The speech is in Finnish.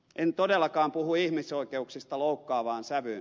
en todellakaan puhu ihmisoikeuksista loukkaavaan sävyyn